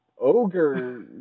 Ogre